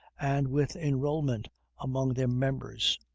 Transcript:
and with enrollment among their members.